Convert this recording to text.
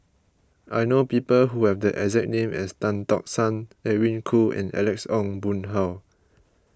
I know people who have the exact name as Tan Tock San Edwin Koo and Alex Ong Boon Hau